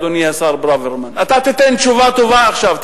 אדוני השר ברוורמן, אתה תיתן תשובה טובה עכשיו.